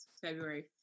february